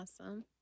Awesome